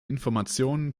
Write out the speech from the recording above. informationen